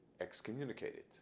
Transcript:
excommunicated